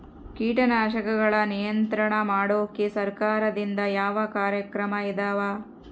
ಕೇಟನಾಶಕಗಳ ನಿಯಂತ್ರಣ ಮಾಡೋಕೆ ಸರಕಾರದಿಂದ ಯಾವ ಕಾರ್ಯಕ್ರಮ ಇದಾವ?